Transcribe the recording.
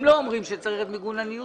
הם לא אומרים שצריך את מיגון הניוד,